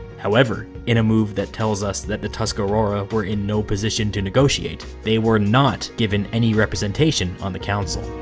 however, in a move that tells us that the tuscarora were in no position to negotiate, they were not given any representation on the council.